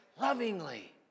lovingly